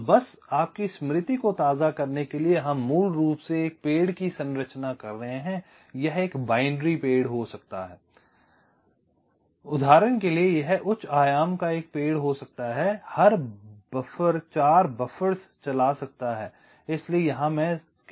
तो बस आपकी स्मृति को ताज़ा करने के लिए हम मूल रूप से एक पेड़ की संरचना कर रहे हैं यह एक द्विआधारी पेड़ हो सकता है उदाहरण के लिए यह उच्च आयाम का पेड़ हो सकता है हर बफर 4 बफ़र्स चला सकता है इसलिए यहां मैं 2 दिखा रहा हूं